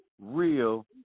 real